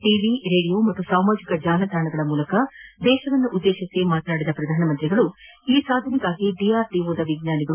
TV radio ಹಾಗೂ ಸಾಮಾಜಿಕ ಜಾಲತಾಣಗಳ ಮೂಲಕ ದೇಶವನ್ನು ಉದ್ದೇತಿಸಿ ಮಾತನಾಡಿದ ಅವರು ಈ ಸಾಧನೆಗಾಗಿ ಡಿಆರ್ಡಿಒದ ವಿಜ್ಞಾನಿಗಳು